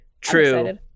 True